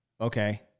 okay